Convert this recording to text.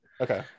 Okay